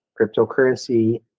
cryptocurrency